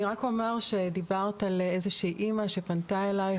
אני רק אומר שדיברת על איזושהי אימא שפנתה אליך,